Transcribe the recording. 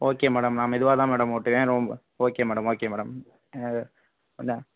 okay madam நான் மெதுவாக தான் மேடம் ஓட்டுவேன் ரொம்ப ஓகே மேடம் ஓகே மேடம் என்ன